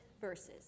verses